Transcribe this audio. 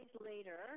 later